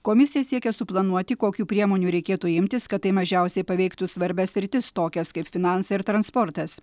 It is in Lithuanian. komisija siekia suplanuoti kokių priemonių reikėtų imtis kad tai mažiausiai paveiktų svarbias sritis tokias kaip finansai ir transportas